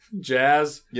Jazz